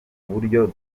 uburyo